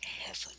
heaven